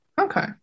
Okay